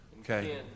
Okay